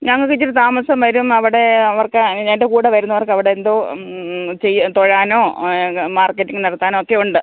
ഞങ്ങൾക്കിച്ചിരി താമസം വരും അവിടെ അവർക്ക് എൻ്റെ കൂടെ വരുന്നവർക്കവിടെന്തോ ചെയ്യാൻ തൊഴാനോ ഓ അത് മാർക്കറ്റിംഗ് നടത്താനൊക്കെയുണ്ട്